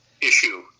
issue